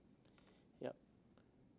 yup